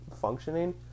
functioning